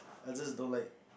I just don't like